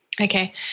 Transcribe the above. Okay